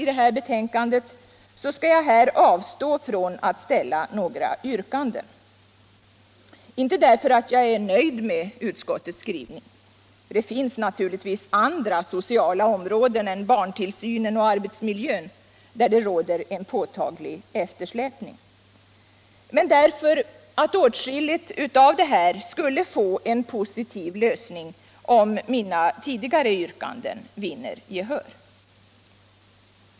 i det här betänkandet skall jag avstå ifrån att ställa några yrkanden, dock inte därför att jag är nöjd med utskottets skrivning — det finns naturligtvis andra sociala områden än barntillsynen och arbetsmiljön, där det råder en påtaglig eftersläpning — utan därför att åtskilliga av de frågorna skulle få en positiv lösning, om mina tidigare yrkanden vinner gcehör.